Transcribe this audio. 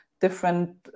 different